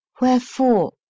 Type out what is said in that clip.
wherefore